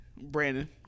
Brandon